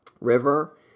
River